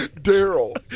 darryl.